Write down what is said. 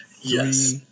Yes